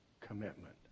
commitment